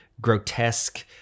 grotesque